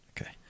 okay